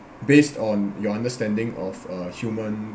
based on your understanding of a human